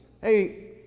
Hey